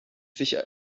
sich